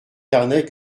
carnet